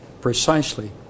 precisely